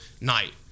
night